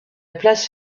place